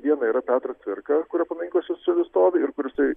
viena yra petras cvirka kurio paminklas jau senai stovi ir kur jisai